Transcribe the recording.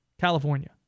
California